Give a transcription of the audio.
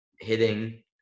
hitting